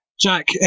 Jack